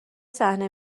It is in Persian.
صحنه